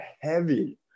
heavy